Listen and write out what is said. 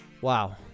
wow